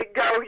go